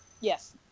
Yes